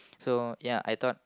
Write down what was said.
so ya I thought